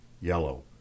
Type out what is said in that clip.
yellow